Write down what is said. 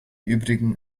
übrigen